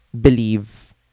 believe